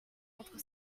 entre